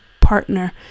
partner